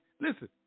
Listen